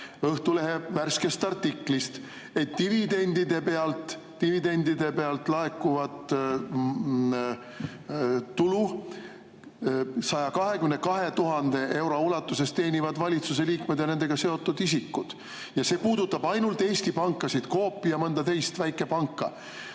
Õhtulehe värskest artiklist välja, et dividendide pealt laekuvat tulu 122 000 euro ulatuses teenivad valitsuse liikmed ja nendega seotud isikud. See puudutab ainult Eesti pankasid, Coopi ja mõnda teist väikepanka,